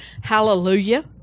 Hallelujah